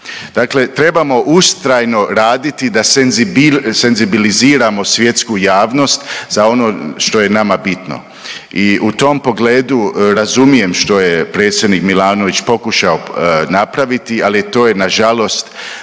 Dakle, trebamo ustrajno raditi da senzibiliziramo svjetsku javnost za ono što je nama bitno. I u tom pogledu razumijem što je predsjednik Milanović pokušao napraviti ali to je nažalost